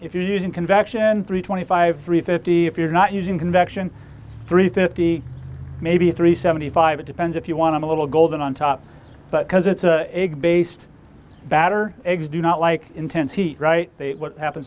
if you're using convection three twenty five three fifty if you're not using convection three fifty maybe three seventy five it depends if you want a little golden on top but because it's based batter eggs do not like intense heat right what happens